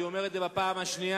אני אומר את זה בפעם השנייה,